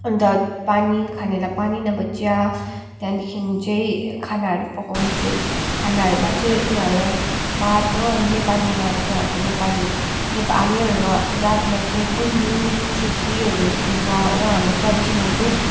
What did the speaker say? अन्त पानी खानेलाई पानी नभए चिया त्यहाँदेखि चाहिँ खानाहरू पकाउँछु खानाहरूमा चाहिँ उनीहरूलाई भात हो अनि नेपालीमा चाहिँ अब नेपाल नेपा हामीहरूमा जातमा चाहिँ गुन्द्रुक छुर्पीहरू दिन्छ होइन हाम्रो ट्रेडिसनल फुड